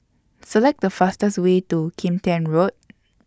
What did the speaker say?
Select The fastest Way to Kim Tian Road